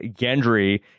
Gendry